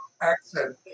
accent